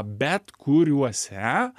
bet kuriuose